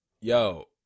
yo